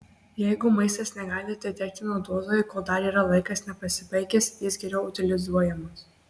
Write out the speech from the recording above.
jeigu maistas negali atitekti naudotojui kol dar yra laikas nepasibaigęs jis geriau utilizuojamas